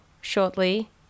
shortly